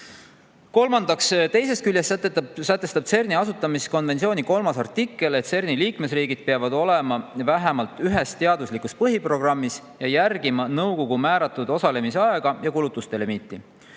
Kolmandaks, teisest küljest sätestab CERN‑i asutamiskonventsiooni kolmas artikkel, et CERN‑i liikmesriigid peavad olema vähemalt ühes teaduslikus põhiprogrammis ja järgima nõukogu määratud osalemise aega ja kulutuste limiiti.